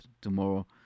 tomorrow